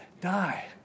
die